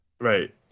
Right